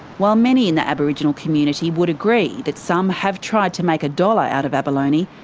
while many in the aboriginal community would agree that some have tried to make a dollar out of abalone,